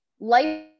life